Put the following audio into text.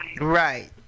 Right